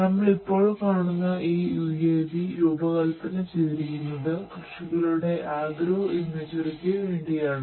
നമ്മൾ ഇപ്പോൾ കാണുന്ന ഈ UAV രൂപകൽപ്പന ചെയ്തിരിക്കുന്നത് കൃഷികളുടെ അഗ്രോ ഇമേജറിക്കു വേണ്ടിയാണ്